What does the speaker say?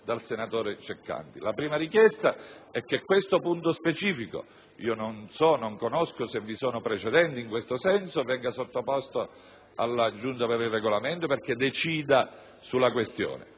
La prima richiesta è che questo punto specifico - non so se vi siano precedenti in questo senso - sia sottoposto alla Giunta per il Regolamento perché decida sulla questione